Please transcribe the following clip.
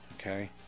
okay